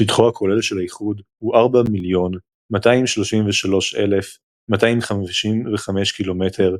שטחו הכולל של האיחוד הוא 4,233,255 קמ"ר,